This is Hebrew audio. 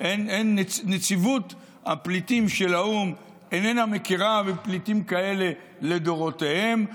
נציבות הפליטים של האו"ם איננה מכירה בפליטים כאלה לדורותיהם,